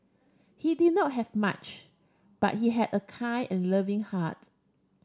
he did not have much but he had a kind and loving heart